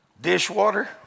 dishwater